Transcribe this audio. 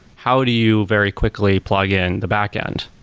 how do you very quickly plug in the backend?